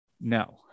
No